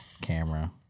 camera